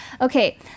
Okay